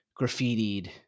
graffitied